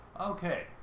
Okay